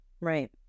Right